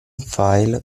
file